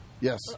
Yes